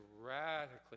radically